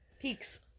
peaks